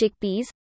chickpeas